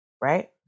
right